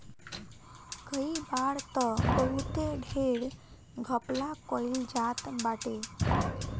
कई बार तअ बहुते ढेर घपला कईल जात बाटे